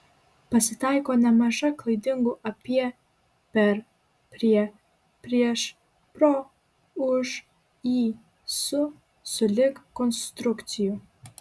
pasitaiko nemaža klaidingų apie per prie prieš pro už į su sulig konstrukcijų